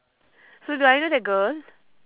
so do I know the girl